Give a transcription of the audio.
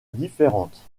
différentes